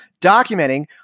documenting